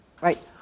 Right